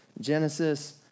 Genesis